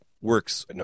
works